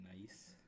Nice